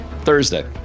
Thursday